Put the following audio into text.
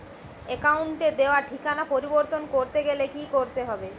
অ্যাকাউন্টে দেওয়া ঠিকানা পরিবর্তন করতে গেলে কি করতে হবে?